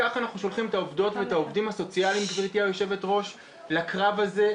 כך אנחנו שולחים את העובדים והעובדות הסוציאליים לקרב הזה?